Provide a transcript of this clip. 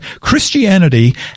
Christianity